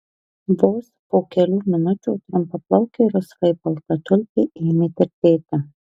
vos po kelių minučių trumpaplaukė rusvai balta tulpė ėmė tirtėti